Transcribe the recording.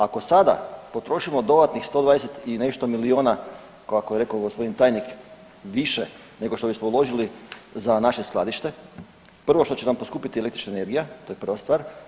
Ako sada potrošimo dodatnih 120 i nešto dodatnih miliona kako je rekao gospodin tajnik više nego što bismo uložili za naše skladište, prvo što će nam poskupiti električna energija to je prva stvar.